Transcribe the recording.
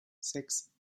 sechs